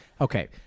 Okay